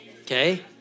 Okay